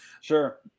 Sure